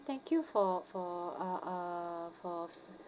thank you for for a a for